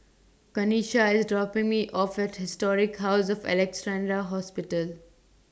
Kanisha IS dropping Me off At Historic House of Alexandra Hospital